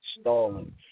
stalling